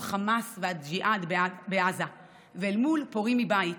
חמאס והג'יהאד בעזה ואל מול פורעים מבית.